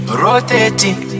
rotating